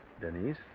Denise